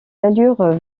allures